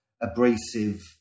abrasive